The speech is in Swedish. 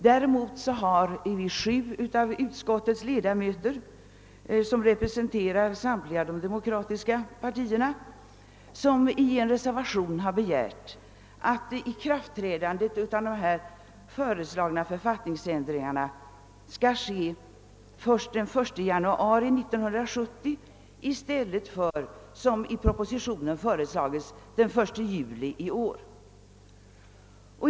Emellertid har sju av utskottets ledamöter, representerande samtliga de demokratiska partierna, i en reservation begärt att ikraftträdandet av de föreslagna författningsändringarna skall ske först den 1 januari 1970 i stället för, som 1 propositionen föreslagits, den 1 juli i år.